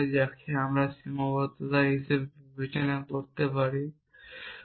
যাকে আমরা একটি সীমাবদ্ধতা হিসাবে বিবেচনা করতে পারি ইত্যাদি